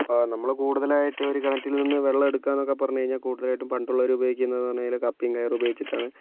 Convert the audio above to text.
ഇപ്പോൾ നമ്മൾ കൂടുതലായിട്ട് ഒരു കിണറ്റിൽ നിന്ന് വെള്ളം എടുക്കാനൊക്കെ പറഞ്ഞു കഴിഞ്ഞാൽ കൂടുതലായിട്ടും പണ്ടുള്ളവർ ഉപയോഗിക്കുന്നെന്ന് പറഞ്ഞു കഴിഞ്ഞാൽ കപ്പിയും കയറും ഉപയോഗിച്ചിട്ടാണ്